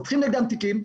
פותחים נגדם תיקים,